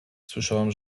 słyszałam